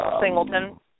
Singleton